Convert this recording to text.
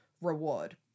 reward